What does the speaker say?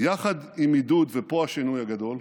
יחד עם עידוד, ופה השינוי הגדול,